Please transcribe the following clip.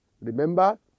Remember